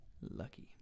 Lucky